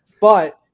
But-